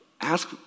Ask